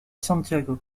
santiago